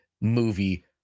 movie